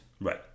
Right